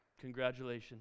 congratulations